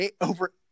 over